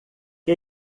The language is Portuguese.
que